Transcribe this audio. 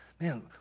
Man